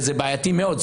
וזה בעייתי מאוד.